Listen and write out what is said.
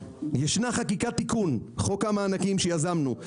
ישנה חקיקת תיקון חוק המענקים שיזמנו,